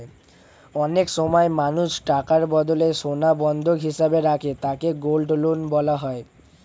অনেক সময় মানুষ টাকার বদলে সোনা বন্ধক হিসেবে রাখে যাকে গোল্ড লোন বলা হয়